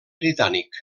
britànic